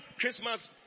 christmas